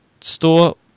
store